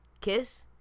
kiss